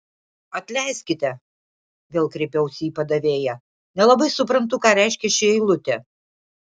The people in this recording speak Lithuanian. atleiskite vėl kreipiausi į padavėją nelabai suprantu ką reiškia ši eilutė